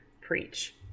preach